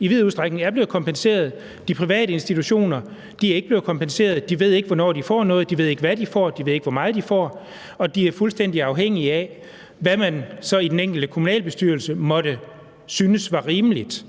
i vid udstrækning er blevet kompenseret, men at de private institutioner ikke er blevet kompenseret? De ved ikke, hvornår de får noget; de ved ikke, hvad de får; de ved ikke, hvor meget de får; og de er fuldstændig afhængige af, hvad man i den enkelte kommunalbestyrelse måtte synes var rimeligt.